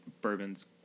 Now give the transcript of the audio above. bourbons